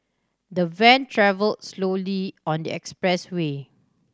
the van travelled slowly on the expressway